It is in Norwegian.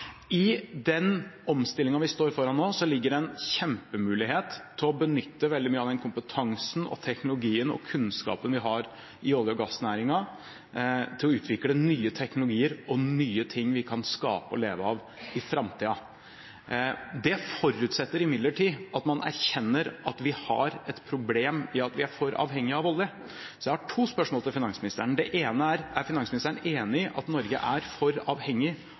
I den omstillingen vi står foran nå, ligger det en kjempemulighet til å benytte veldig mye av den kompetansen, teknologien og kunnskapen vi har i olje- og gassnæringen, til å utvikle nye teknologier og nye ting vi kan skape og leve av i framtiden. Det forutsetter imidlertid at man erkjenner at vi har et problem i at vi er for avhengig av olje. Jeg har to spørsmål til finansministeren. Det ene er: Er finansministeren enig i at Norge er for avhengig